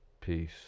Peace